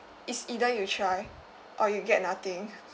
it's either you try or you get nothing